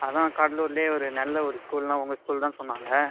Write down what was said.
அதுதான் கடலூருலேயே ஒரு நல்ல ஒரு ஸ்கூல்ன்னால் உங்கள் ஸ்கூல் தான் சொன்னாங்க